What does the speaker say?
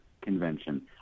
convention